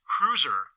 Cruiser